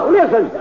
Listen